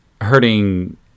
hurting